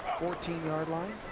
fourteen yard line.